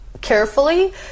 carefully